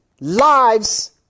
lives